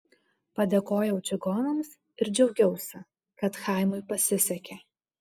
padėkojau čigonams ir džiaugiausi kad chaimui pasisekė